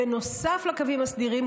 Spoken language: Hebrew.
בנוסף לקווים הסדירים,